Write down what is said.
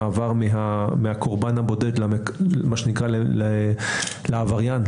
מעבר מהקורבן הבודד למה שנקרא לעבריין,